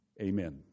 Amen